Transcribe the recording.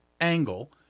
angle